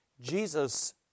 Jesus